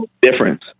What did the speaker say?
difference